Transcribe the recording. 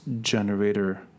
generator